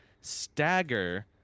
stagger